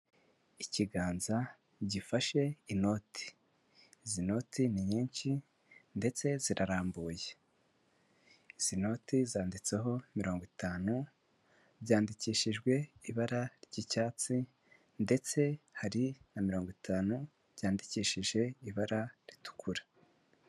Ikiganza gifashe inoti, izi noti ni nyinshi ndetse zirarambuye, izi noti zanditseho mirongo itanu, byandikishijwe ibara ry'icyatsi ndetse hari na mirongo itanu byandikishije ibara ritukura.